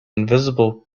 invisible